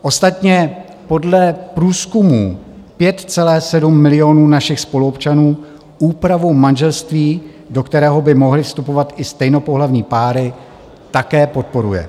Ostatně podle průzkumů 5,7 milionu našich spoluobčanů úpravu manželství, do kterého by mohly vstupovat i stejnopohlavní páry, také podporuje.